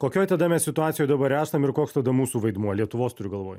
kokioj tada mes situacijoj dabar esam ir koks tada mūsų vaidmuo lietuvos turiu galvoj